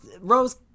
Rose